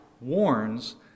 warns